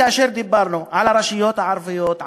כאשר דיברנו על הרשויות הערביות,